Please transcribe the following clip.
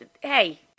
hey